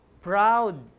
proud